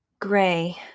Gray